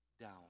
down